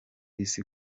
isi